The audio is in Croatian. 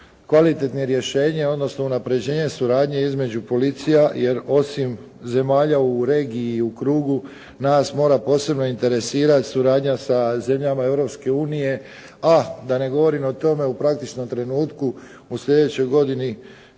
kvalitetnim rješenjem, odnosno unapređenjem suradnje između policija, jer osim zemalja u regiji i krugu nas mora posebno interesirati suradnja sa zemljama Europske unije, a da ne govorim o tome u praktičnom trenutku u sljedećoj godini